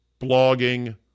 blogging